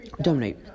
donate